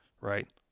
Right